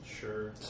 Sure